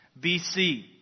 BC